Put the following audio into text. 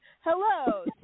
Hello